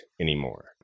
anymore